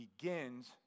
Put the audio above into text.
begins